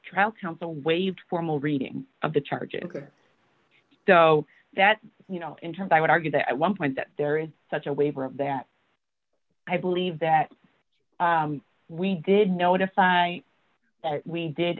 trial counsel waived formal reading of the charges so that you know in terms i would argue that at one point that there is such a waiver of that i believe that we did notify that we did